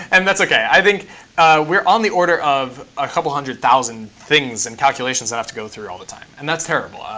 and that's ok. i think we're on the order of a couple one hundred thousand things and calculations that have to go through all the time, and that's terrible. ah